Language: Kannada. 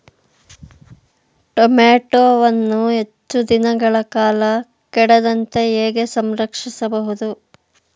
ಟೋಮ್ಯಾಟೋವನ್ನು ಹೆಚ್ಚು ದಿನಗಳ ಕಾಲ ಕೆಡದಂತೆ ಹೇಗೆ ಸಂರಕ್ಷಿಸಬಹುದು?